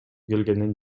келгенин